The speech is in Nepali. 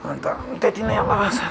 अन्त त्यति नै हो अब